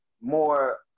more